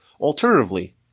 Alternatively